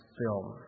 film